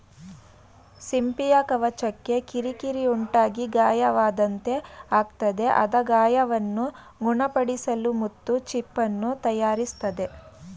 ಸಿಂಪಿಯ ಕವಚಕ್ಕೆ ಕಿರಿಕಿರಿ ಉಂಟಾಗಿ ಗಾಯವಾದಂತೆ ಆಗ್ತದೆ ಆದ ಗಾಯವನ್ನು ಗುಣಪಡಿಸಲು ಮುತ್ತು ಚಿಪ್ಪನ್ನು ತಯಾರಿಸ್ತದೆ